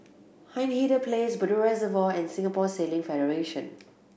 Hindhede Place Bedok Reservoir and Singapore Sailing Federation